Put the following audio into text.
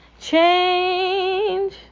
Change